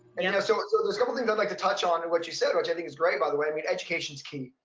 and so so there's couple things i'd like to touch on in what you said which i think is great by the way. i mean education is key.